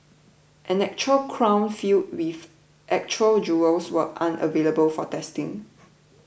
an actual crown filled with actual jewels were unavailable for testing